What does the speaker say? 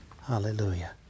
Hallelujah